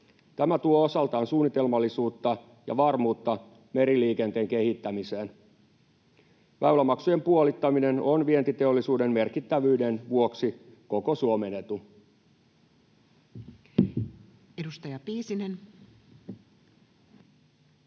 Tämä tuo osaltaan suunnitelmallisuutta ja varmuutta meriliikenteen kehittämiseen. Väylämaksujen puolittaminen on vientiteollisuuden merkittävyyden vuoksi koko Suomen etu. Edustaja Piisinen.